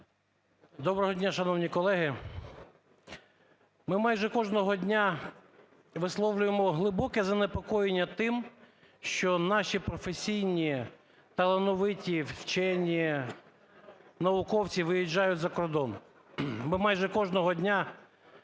Доброго дня, шановні колеги. Ми майже кожного дня висловлюємо глибоке занепокоєння тим, що наші професійні талановиті вчені, науковці виїжджають за кордон. Ми майже кожного дня закликаємо